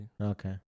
okay